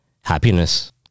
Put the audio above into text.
happiness